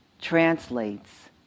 translates